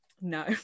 No